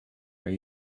are